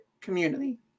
community